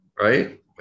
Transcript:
right